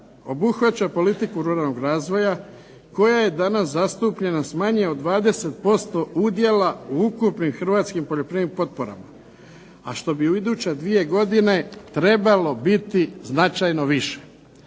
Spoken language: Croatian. obuhvaća politiku ruralnog razvoja koja je danas zastupljena s manje od 20% udjela u ukupnim hrvatskim poljoprivrednim potporama, a što bi u iduće 2 godine trebalo biti značajno više.